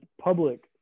public